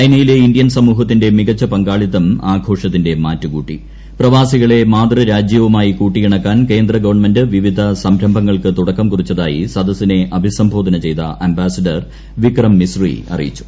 ചൈനയിലെ ഇന്ത്യൻ സമൂഹത്തിന്റെ മികച്ചു പങ്കാളിത്തം ആഘോഷത്തിന്റെ മാറ്റ് കൂട്ടി പ്രവാസികളെ മാതൃരാജ്യവുമായി കൂട്ടിയിണക്കാൻ കേന്ദ്ര ഗവൺമെന്റ് വിവിധ സംരംഭങ്ങൾക്ക് തുടക്കം കുറിച്ചതായി സദസ്സിനെ അഭിസംബോധന ചെയ്ത അംബാസിഡർ വിക്രം മിസ്റി അറിയിച്ചു